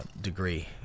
degree